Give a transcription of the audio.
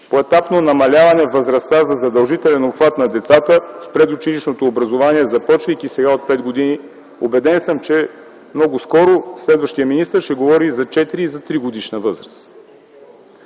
поетапно намаляване възрастта за задължителен обхват на децата в предучилищното образование, започвайки сега от 5 години. Убеден съм, че много скоро следващият министър ще говори и за 4, и за 3-годишна възраст.